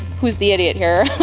who is the idiot here?